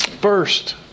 first